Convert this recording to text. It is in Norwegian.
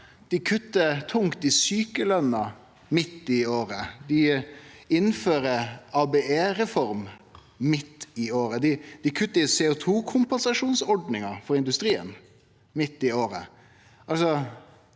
kuttar dei tungt i sjukeløna midt i året. Dei innfører ABE-reform midt i året. Dei kuttar i CO2-kompensasjonsordninga for industrien midt i året.